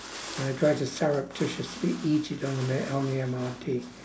and I try to surreptitiously eat it on the m~ on the M_R_T